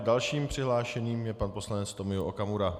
Dalším přihlášeným je pan poslanec Tomio Okamura.